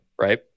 Right